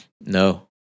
No